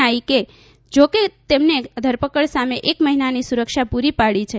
નાઈકે જો કે તેમને ધરપકડ સામે એક મહિનાની સુરક્ષા પ્રરી પાડી છે